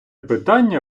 питання